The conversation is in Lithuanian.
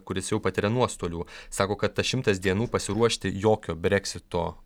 kuris jau patiria nuostolių sako kad tas šimtas dienų pasiruošti jokio breksito